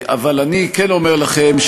אבל אני כן אומר לכם,